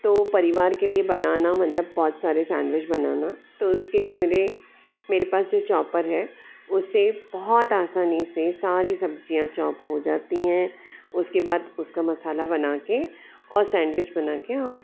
तो परिवार के लिए बनाना मतलब बहुत सारे सैंडविच बनाना तो उसके लिए मेरे मेरे पास जो चोपर है उसे बहुत आसानी से सारी सब्जियाँ चोप हो जाती हैं उसके बाद उसका मसाला बना के और सैंडविच बना के हम